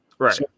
Right